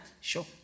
sure